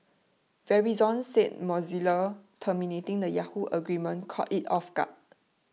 Verizon said Mozilla terminating the Yahoo agreement caught it off guard